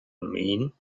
mean